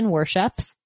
Worships